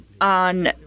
on